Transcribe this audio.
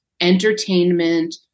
entertainment